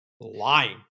lying